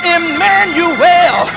Emmanuel